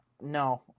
No